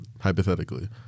hypothetically